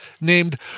named